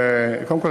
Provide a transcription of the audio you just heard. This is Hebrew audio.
קודם כול,